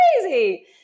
crazy